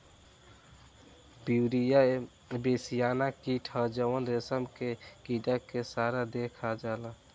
Beauveria bassiana कीट ह जवन रेशम के कीड़ा के सारा देह खा जाला